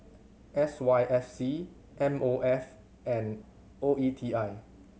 S Y F C M O F and O E T I